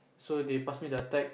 so they pass me the tag